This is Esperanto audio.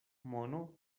mono